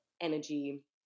energy